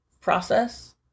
process